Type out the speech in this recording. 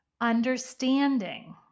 understanding